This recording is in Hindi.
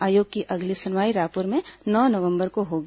आयोग की अगली सुनवाई रायपुर में नौ नवंबर को होगी